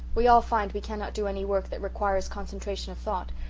we all find we cannot do any work that requires concentration of thought.